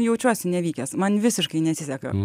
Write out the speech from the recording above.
jaučiuosi nevykęs man visiškai nesiseka